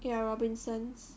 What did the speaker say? ya Robinsons